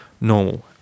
normal